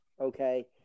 okay